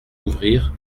ouvrir